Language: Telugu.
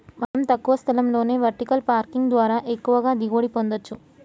మనం తక్కువ స్థలంలోనే వెర్టికల్ పార్కింగ్ ద్వారా ఎక్కువగా దిగుబడి పొందచ్చు